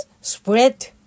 spread